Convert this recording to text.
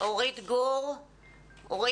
אורית גור כהן,